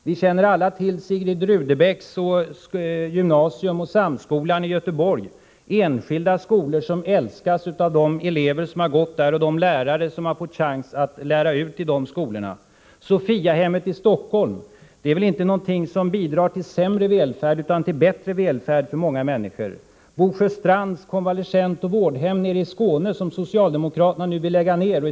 Vi känner alla till Sigrid Rudebecks gymnasium och Samskolan i Göteborg — enskilda skolor som älskas av de elever som har gått där och de lärare som har fått chansen att lära ut där. Sophiahemmet i Stockholm är väl inte en verksamhet som bidrar till sämre utan till bättre välfärd för många människor. Bosjöstrands vårdoch konvalescenthem i Skåne vill socialdemokraterna nu lägga ner.